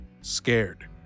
Scared